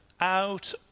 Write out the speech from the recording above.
out